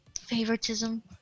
favoritism